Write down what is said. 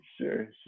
sure